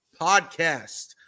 Podcast